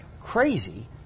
crazy